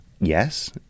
Yes